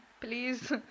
please